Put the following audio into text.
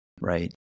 right